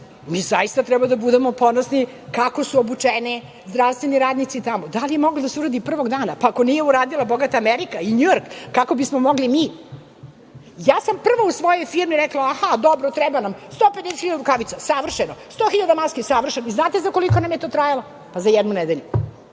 Mi zaista treba da budemo ponosni kako su obučeni zdravstveni radnici tamo. Da li je moglo da se uradi prvog dana? Pa, ako nije uradila bogata Amerika i Njujork, kako bismo mogli mi? Ja sam prva u svojoj firmi rekla, dobro treba nam 150.000 rukavica, savršeno, 100.000 maski, savršeno. Znate za koliko nam je to trajalo? Za jednu nedelju.